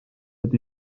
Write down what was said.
need